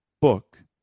book